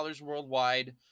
worldwide